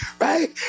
right